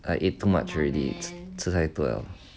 I eat too much already 吃太多了